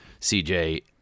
CJ